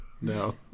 no